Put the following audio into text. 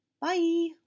Bye